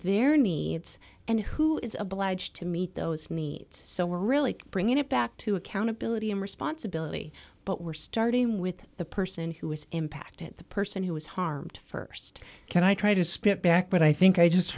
their needs and who is obliged to meet those needs so we're really bringing it back to accountability and responsibility but we're starting with the person who is impacted the person who was harmed st can i try to spit back but i think i just